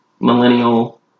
millennial